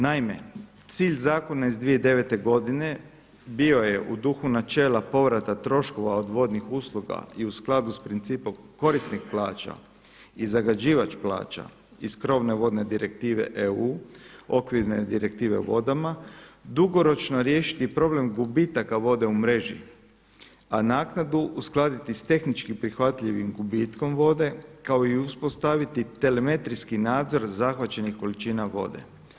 Naime, cilj zakona iz 2009. godine bio je u duhu načela povrata troškova od vodnih usluga i u skladu s principom korisnik plaća i zagađivač plaća, iz krovne vodne direktive EU, okvirne direktive o vodama, dugoročno riješiti problem gubitaka vode u mreži, a naknadu uskladiti s tehnički prihvatljivim gubitkom vode kao i uspostaviti telemetrijski nadzor zahvaćenih količina vode.